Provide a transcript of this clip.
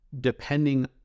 depending